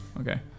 Okay